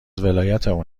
ولایتمون